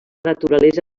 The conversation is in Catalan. naturalesa